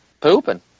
pooping